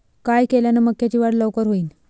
काय केल्यान मक्याची वाढ लवकर होईन?